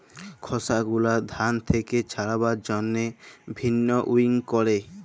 খসা গুলা ধান থেক্যে ছাড়াবার জন্হে ভিন্নউইং ক্যরে